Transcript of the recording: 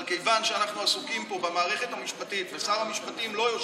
אבל כיוון שאנחנו עסוקים פה במערכת המשפטית ושר המשפטים לא יושב כאן,